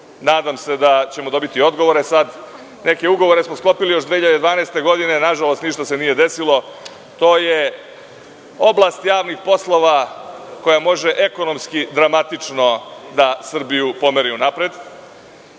Nadam se daćemo dobiti odgovore sada. Neke ugovore smo sklopili još 2012. godine. Nažalost, ništa se nije dogodilo. To je oblast javnih poslova koje može ekonomski dramatično da Srbiju pomeri